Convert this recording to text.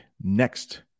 next